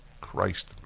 Christ